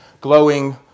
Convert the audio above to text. glowing